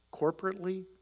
corporately